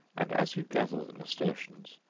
and as you gather the nasturtions,